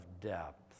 depth